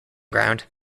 ground